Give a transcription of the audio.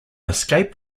escape